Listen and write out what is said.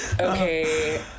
Okay